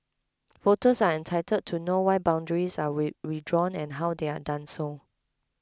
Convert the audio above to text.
voters are entitled to know why boundaries are redrawn and how they are done so